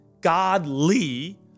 godly